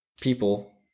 people